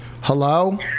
Hello